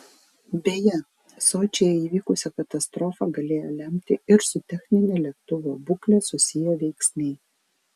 beje sočyje įvykusią katastrofą galėjo lemti ir su technine lėktuvo būkle susiję veiksniai